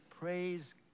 Praise